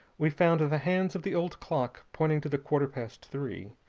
we found the hands of the old clock pointing to the quarter past three,